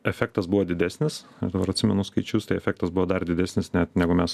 efektas buvo didesnis dabar atsimenu skaičius tai efektas buvo dar didesnis net negu mes